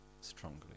strongly